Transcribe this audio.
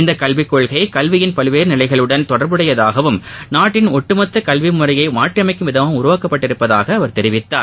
இந்த கல்விக் கொள்கை கல்வியின் பல்வேறு நிலைகளுடன் தொடர்புடையதாகவும் நாட்டின் ஒட்டுமொத்த கல்வி முறையை மாற்றியமைக்கும் விதமாகவும் உருவாக்கப்பட்டுள்ளதாக அவர் தெரிவித்தார்